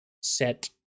set